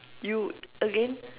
you again